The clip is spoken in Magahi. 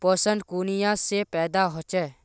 पोषण कुनियाँ से पैदा होचे?